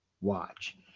watch